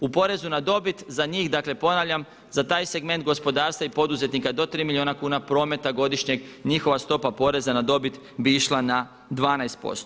U porezu na dobit za njih, dakle ponavljam za taj segment gospodarstva i poduzetnika do 3 milijuna kuna prometa godišnjeg njihova stopa poreza na dobit bi išla na 12%